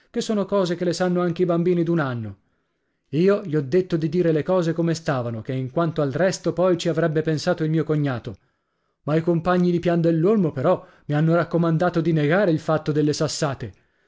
che sono cose che le sanno anche i bambini d'un anno io gli ho detto di dire le cose come stavano che in quanto al resto poi ci avrebbe pensato il mio cognato ma i compagni di pian dell'olmo però mi hanno raccomandato di negare il fatto delle sassate